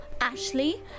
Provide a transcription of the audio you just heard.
Ashley